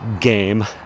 game